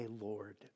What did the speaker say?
Lord